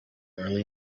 early